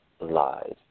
lies